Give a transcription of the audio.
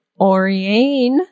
Oriane